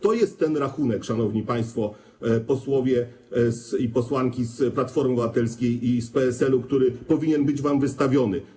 To jest ten rachunek, szanowni państwo posłowie i posłanki z Platformy Obywatelskiej i z PSL-u, który powinien być wam wystawiony.